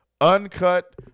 uncut